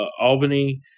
Albany